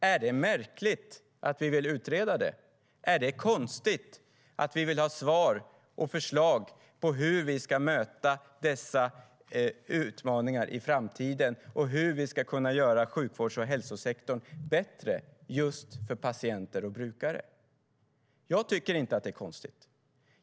Är det märkligt att vi vill utreda det? Är det konstigt att vi vill ha svar och förslag på hur vi ska möta dessa utmaningar i framtiden och hur vi ska kunna göra sjukvårds och hälsosektorn bättre för patienter och brukare? Jag tycker inte att det är konstigt.